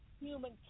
human